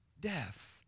death